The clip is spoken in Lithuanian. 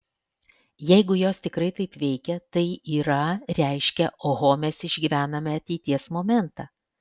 jeigu jos tikrai taip veikia tai yra reiškia oho mes išgyvename ateities momentą